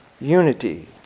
unity